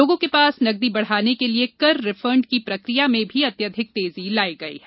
लोगों के पास नगदी बढाने के लिए कर रिफंड की प्रक्रिया में भी अत्यधिक तेजी लाई गई है